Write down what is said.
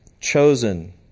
chosen